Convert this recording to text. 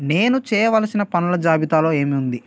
నేను చేయవలసిన పనుల జాబితాలో ఏమి ఉంది